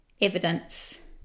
evidence